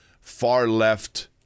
far-left